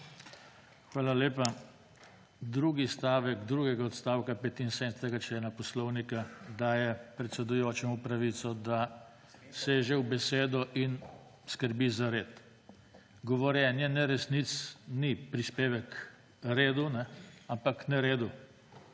Hvala lepa. Drugi stavek drugega odstavka 75. člena poslovnika daje predsedujočemu pravico, da seže v besedo in skrbi za red. Govorjenje neresnic ni prispevek redu, ampak neredu;